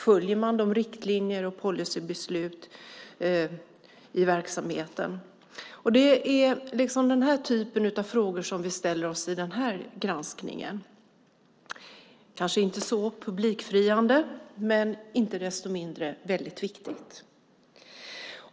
Följer man riktlinjer och policybeslut i verksamheten? Det är den här typen av frågor som vi ställer oss i den här granskningen. Det kanske inte är så publikfriande, men inte desto mindre väldigt viktigt.